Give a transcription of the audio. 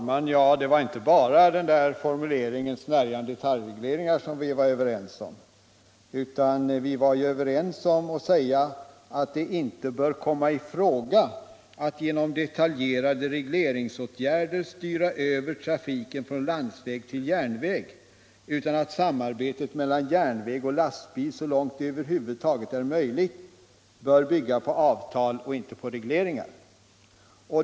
Herr talman! Det var inte bara formuleringen ”snärjande detaljregleringar” som vi var överens om, utan vi var också överens om att säga att det inte bör komma i fråga att genom detaljregleringsåtgärder styra över trafiken från landsväg till järnväg och att samarbetet mellan järnväg och lastbil så långt över huvud taget är möjligt bör bygga på avtal och inte på regleringar.